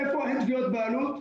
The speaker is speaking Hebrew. איפה אין תביעות בעלות,